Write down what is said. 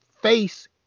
face